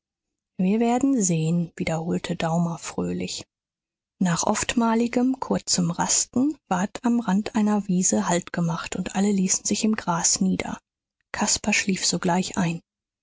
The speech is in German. wir werden sehen wiederholte daumer fröhlich nach oftmaligem kurzem rasten ward am rand einer wiese halt gemacht und alle ließen sich im gras nieder caspar schlief sogleich ein